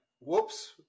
whoops